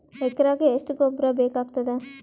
ಎಕರೆಗ ಎಷ್ಟು ಗೊಬ್ಬರ ಬೇಕಾಗತಾದ?